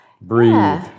Breathe